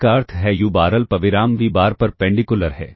इसका अर्थ है u बार अल्पविराम v बार परपेंडिकुलर है